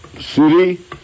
city